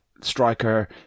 striker